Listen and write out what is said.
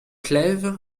clèves